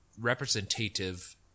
representative